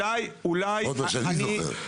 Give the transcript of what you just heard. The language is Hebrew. אולי הגיע הזמן לבחון את זה.